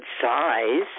size